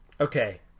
okay